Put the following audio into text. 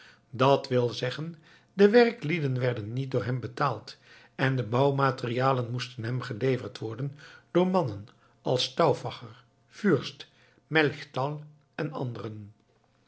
dat wil zeggen de werklieden werden niet door hem betaald en de bouw materialen moesten hem geleverd worden door mannen als stauffacher fürst melchtal en anderen